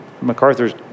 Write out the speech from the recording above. MacArthur's